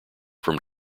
from